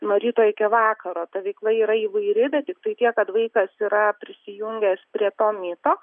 nuo ryto iki vakaro ta veikla yra įvairi bet tiktai tiek kad vaikas yra prisijungęs prie to myto